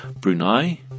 Brunei